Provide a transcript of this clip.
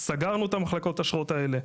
סגרנו את מחלקות האשרות האלה.